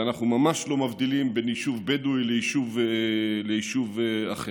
אנחנו ממש לא מבדילים בין יישוב בדואי ליישוב אחר.